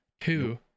two